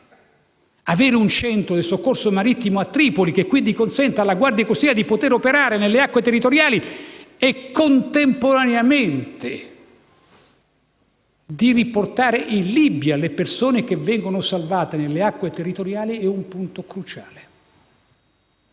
Avere un centro di soccorso marittimo a Tripoli, che quindi consenta alla Guardia costiera di poter operare nelle acque territoriali e, contemporaneamente, di riportare in Libia le persone che vengono salvate nelle acque territoriali, è un punto cruciale.